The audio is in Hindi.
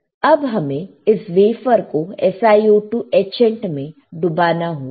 अब हमें इस वेफर को SiO2 एचेंट में डूबाना होगा